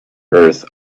earth